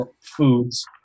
foods